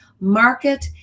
market